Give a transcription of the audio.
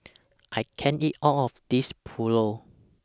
I can't eat All of This Pulao